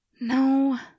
No